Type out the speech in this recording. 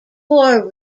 four